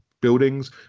buildings